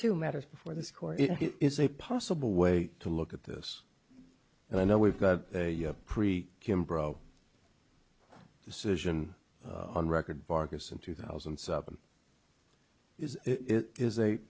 to matters before this court is a possible way to look at this and i know we've got a pre kim bro decision on record barcus in two thousand and seven is it is a